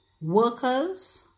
workers